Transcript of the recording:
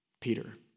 Peter